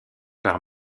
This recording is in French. par